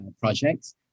projects